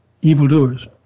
evildoers